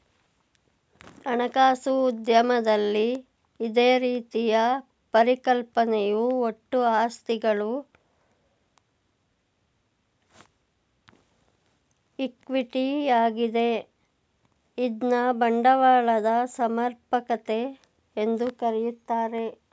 ಹಣಕಾಸು ಉದ್ಯಮದಲ್ಲಿ ಇದೇ ರೀತಿಯ ಪರಿಕಲ್ಪನೆಯು ಒಟ್ಟು ಆಸ್ತಿಗಳು ಈಕ್ವಿಟಿ ಯಾಗಿದೆ ಇದ್ನ ಬಂಡವಾಳದ ಸಮರ್ಪಕತೆ ಎಂದು ಕರೆಯುತ್ತಾರೆ